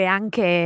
anche